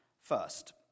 First